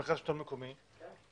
מרכז שלטון מקומי לא.